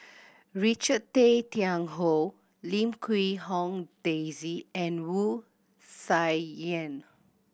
Richard Tay Tian Hoe Lim Quee Hong Daisy and Wu Tsai Yen